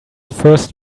first